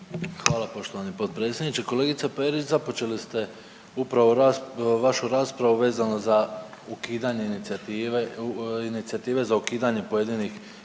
Hvala g. potpredsjedniče. Kolegice Perić započeli ste upravo vašu raspravu vezano za ukidanje inicijative za ukidanje pojedinih